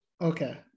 Okay